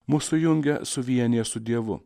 mus sujungia suvienija su dievu